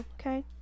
okay